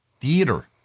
theater